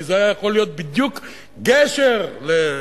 כי זה היה יכול להיות בדיוק גשר להסתדר.